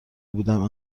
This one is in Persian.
بودم